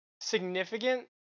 significant